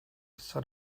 son